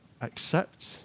accept